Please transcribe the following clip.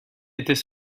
était